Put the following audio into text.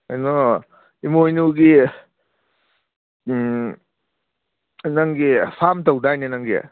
ꯀꯩꯅꯣ ꯏꯃꯣꯏꯅꯨꯒꯤ ꯅꯪꯒꯤ ꯐꯥꯝ ꯇꯧꯗꯥꯏꯅꯦ ꯅꯪꯒꯤ